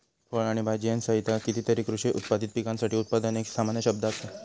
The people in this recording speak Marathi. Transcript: फळ आणि भाजीयांसहित कितीतरी कृषी उत्पादित पिकांसाठी उत्पादन एक सामान्य शब्द असा